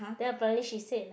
then apparently she said like